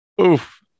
Oof